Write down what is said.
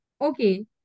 okay